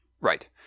Right